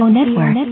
Network